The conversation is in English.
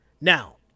Now